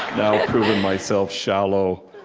now proven myself shallow